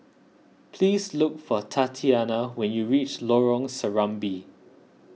please look for Tatianna when you reach Lorong Serambi